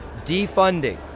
defunding